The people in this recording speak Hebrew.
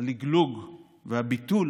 הלגלוג והביטול